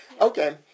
Okay